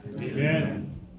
Amen